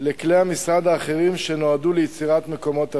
לכלי המשרד האחרים שנועדו ליצירת מקומות תעסוקה.